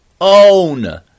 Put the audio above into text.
own